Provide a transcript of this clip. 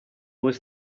was